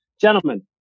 gentlemen